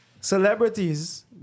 Celebrities